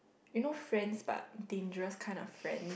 you know friends but dangerous kind of friend